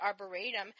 Arboretum